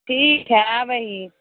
ठीक है आबे हियै